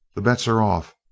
the bets are off.